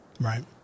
right